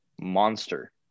monster